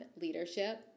Leadership